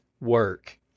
work